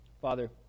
Father